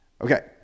Okay